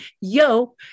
YO